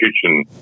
kitchen